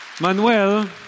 Manuel